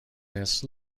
this